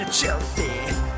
Chelsea